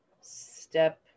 Step